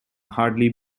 hardly